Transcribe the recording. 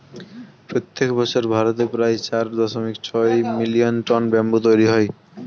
প্রত্যেক বছর ভারতে প্রায় চার দশমিক ছয় মিলিয়ন টন ব্যাম্বু তৈরী হয়